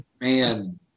man